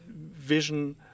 vision